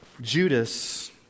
Judas